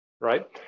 right